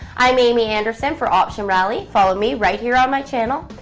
i'm amy anderson for optionrally follow me right here on my channel,